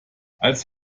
als